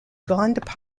grande